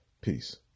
peace